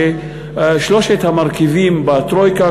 ששלושת המרכיבים בטרויקה,